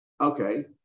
Okay